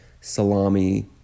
salami